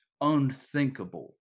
unthinkable